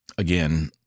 Again